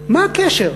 מה הקשר?